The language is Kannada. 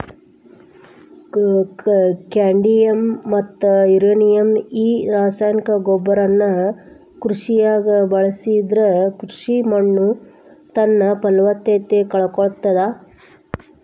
ಕ್ಯಾಡಿಯಮ್ ಮತ್ತ ಯುರೇನಿಯಂ ಈ ರಾಸಾಯನಿಕ ಗೊಬ್ಬರನ ಕೃಷಿಯಾಗ ಬಳಸಿದ್ರ ಕೃಷಿ ಮಣ್ಣುತನ್ನಪಲವತ್ತತೆ ಕಳಕೊಳ್ತಾದ